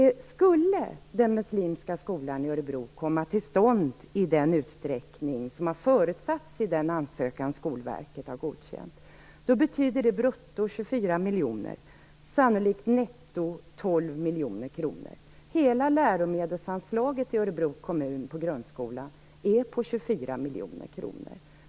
Skulle den muslimska skolan i Örebro komma till stånd i den utsträckning som har förutsatts i den ansökan som Skolverket har godkänt betyder det brutto 24 miljoner kronor, netto sannolikt 12 miljoner kronor. Hela läromedelsanslaget till grundskolan i Örebro kommun är på 24 miljoner kronor.